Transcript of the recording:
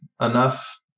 enough